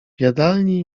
jadalni